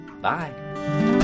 Bye